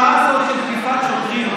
התופעה הזאת של תקיפת שוטרים,